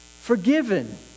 forgiven